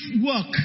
work